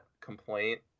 complaint